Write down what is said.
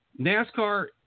NASCAR